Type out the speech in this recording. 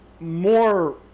more